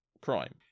crime